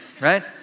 right